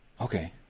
okay